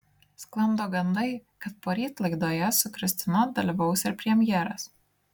sklando gandai kad poryt laidoje su kristina dalyvaus ir premjeras